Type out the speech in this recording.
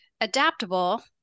Adaptable